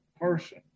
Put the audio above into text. person